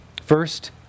First